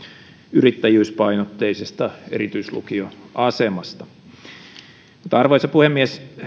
yrittäjyyspainotteisen erityislukion asemasta arvoisa puhemies